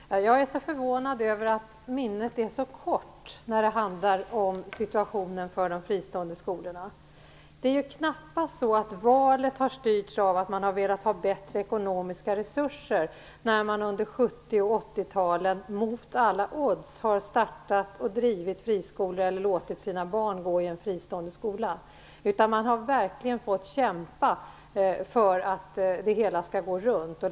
Herr talman! Jag är förvånad över att minnet är så kort när det handlar om situationen för de fristående skolorna. Det är knappast så att valet har styrts av att man har velat ha bättre ekonomiska resurser när man under 70 och 80-talet mot alla odds har startat och drivit friskolor eller låtit sina barn gå i en fristående skola. Man har verkligen fått kämpa för att det hela skall gå runt.